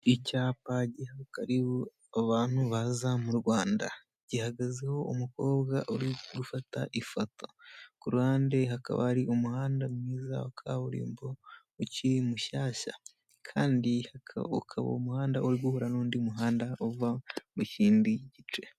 Icyapa giha karibu abantu baza mu Rwanda, gihagazeho umukobwa uri gufata ifoto, ku ruhande hakaba hari umuhanda mwiza wa kaburimbo ukiri mushyashya kandi ukaba umuhanda uri guhura n'undi muhanda uva mu kindi gice.